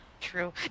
True